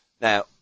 Now